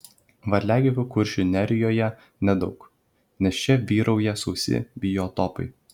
varliagyvių kuršių nerijoje nedaug nes čia vyrauja sausi biotopai